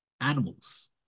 animals